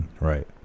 Right